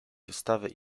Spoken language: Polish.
wystawy